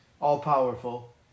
all-powerful